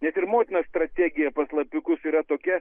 net ir motinos strategija pas lapiukus yra tokia